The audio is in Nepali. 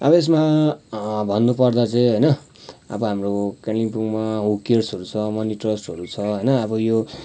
अब यसमा भन्नुपर्दा चाहिँ होइन अब हाम्रो कालिम्पोङमा हू केयर्सहरू छ मनी ट्रस्टहरू छ होइन अब यो